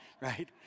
right